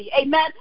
Amen